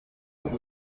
don’t